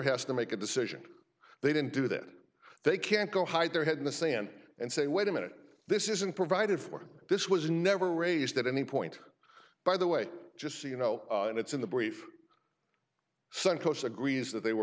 has to make a decision they didn't do that they can't go hide their head in the sand and say wait a minute this isn't provided for this was never raised at any point by the way just so you know and it's in the brief suncoast agrees that they were